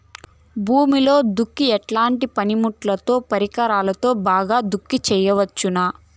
భూమిలో దుక్కి ఎట్లాంటి పనిముట్లుతో, పరికరాలతో బాగా దుక్కి చేయవచ్చున?